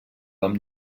amb